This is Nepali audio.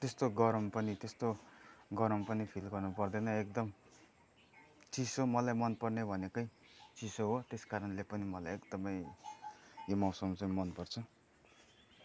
त्यस्तो गरम पनि त्यस्तो गरम पनि फिल गर्नुपर्दैन एकदम चिसो मलाई मनपर्ने भनेकै चिसो हो त्यस कारणले पनि मलाई एकदमै यो मौसम चाहिँ मनपर्छ